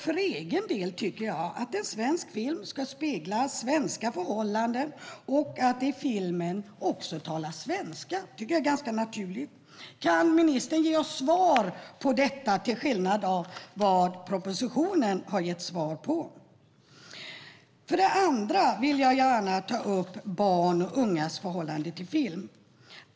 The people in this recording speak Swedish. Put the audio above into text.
För egen del tycker jag att svensk film ska spegla svenska förhållanden och att det i filmen talas svenska; det tycker jag är ganska naturligt. Kan ministern ge oss svar på detta, till skillnad från vad propositionen gör? Det andra jag vill ta upp är barns och ungas förhållande till film.